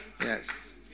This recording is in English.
Yes